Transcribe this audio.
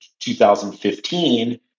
2015